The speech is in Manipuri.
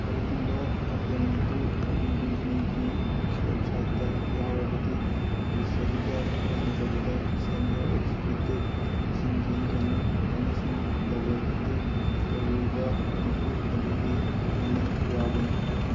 ꯀꯔꯤꯒꯨꯝꯕ ꯀꯝꯄꯦꯅꯤ ꯑꯗꯨ ꯕꯤ ꯕꯤ ꯕꯤꯒꯤ ꯋꯦꯞꯁꯥꯏꯠꯇ ꯌꯥꯎꯔꯕꯗꯤ ꯂꯤꯁ ꯑꯗꯨꯗ ꯌꯥꯝꯗ꯭ꯔꯕꯗ ꯁꯦꯅꯤꯌꯔ ꯑꯦꯛꯖꯤꯀ꯭ꯌꯨꯇꯤꯞ ꯁꯤꯡꯒꯤ ꯃꯃꯤꯡ ꯑꯃꯁꯤꯡ ꯂꯂꯣꯟ ꯏꯇꯤꯛ ꯇꯧꯔꯤꯕ ꯃꯄꯨ ꯑꯗꯨꯒꯤ ꯃꯃꯤꯡ ꯌꯥꯎꯒꯅꯤ